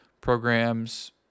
programs